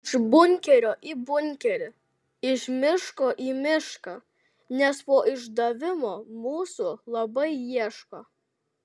iš bunkerio į bunkerį iš miško į mišką nes po išdavimo mūsų labai ieško